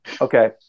Okay